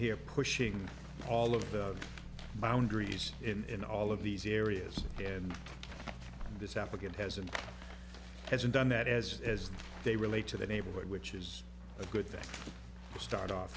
here pushing all of the boundaries in all of these areas and this applicant has and hasn't done that as as they relate to the neighborhood which is a good thing to start off